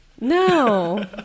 No